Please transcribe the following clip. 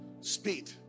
Speed